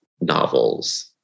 novels